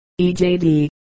EJD